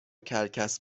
کرکس